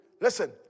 listen